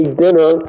dinner